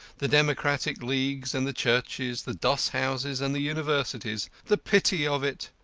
the democratic leagues and the churches, the doss-houses and the universities. the pity of it!